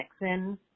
Nixon